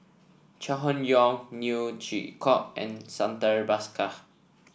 Chai Hon Yoong Neo Chwee Kok and Santha Bhaskar